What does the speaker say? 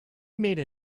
made